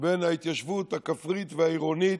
בין ההתיישבות הכפרית לעירונית,